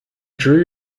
drew